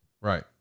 right